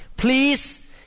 Please